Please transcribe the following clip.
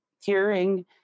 hearing